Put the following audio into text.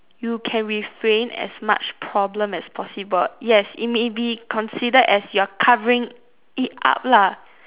you can refrain as much problem as possible yes it may be considered as you're covering it up lah